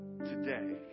today